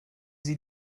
sie